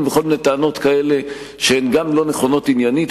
וכל מיני טענות שהן לא נכונות עניינית,